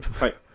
Right